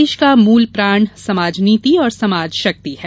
देश का मूलप्राण समाज नीति और समाज शक्ति है